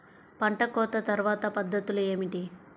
పంట కోత తర్వాత పద్ధతులు ఏమిటి?